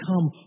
come